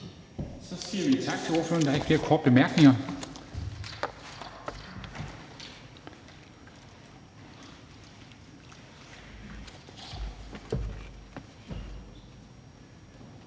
Vi siger tak til ordføreren. Der er ikke flere korte bemærkninger.